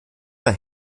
mal